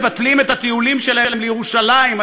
מבטלים את הטיולים שלהם לירושלים,